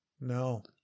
no